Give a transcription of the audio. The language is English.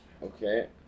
Okay